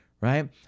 right